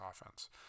offense